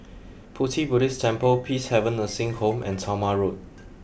Pu Ti Buddhist Temple Peacehaven Nursing Home and Talma Road